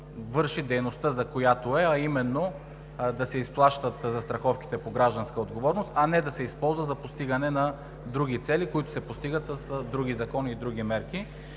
да върши дейността, за която е, а именно: да се изплащат застраховките „Гражданска отговорност“, а не да се използва за постигане на други цели, с други закони и с други мерки.